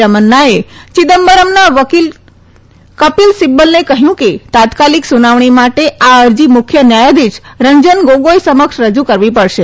રમન્નાએ ચિદમ્બરમના વકીલ કપીલ સિબ્બલને કહ્યું કે તાત્કાલિક સુનાવણી માટે આ અરજી મુખ્ય ન્યાયાધીશ રંજન ગોગોઈ સમક્ષ રજૂ કરવી પડશે